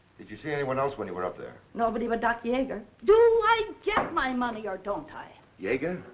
did you see anyone else while you were up there? nobody but doctor yager. do i get my money or don't i? yager?